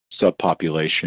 subpopulation